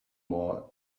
more